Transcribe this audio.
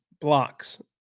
blocks